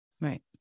Right